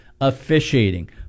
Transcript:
officiating